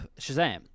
Shazam